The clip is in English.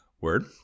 Word